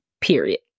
period